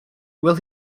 will